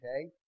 Okay